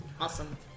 Awesome